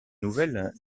nouvelle